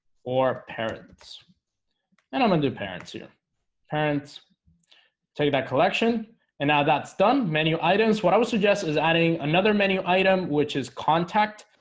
or parents and i'm gonna do parents here parents tell you about collection and now that's done menu items what i would suggest is adding another menu item which is contact,